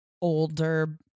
older